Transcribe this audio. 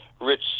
rich